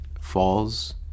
falls